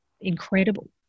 incredible